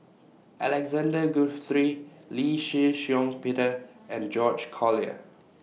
Alexander Guthrie Lee Shih Shiong Peter and George Collyer